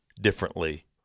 differently